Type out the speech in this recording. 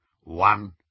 One